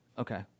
Okay